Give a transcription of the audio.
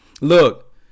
Look